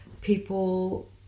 people